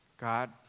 God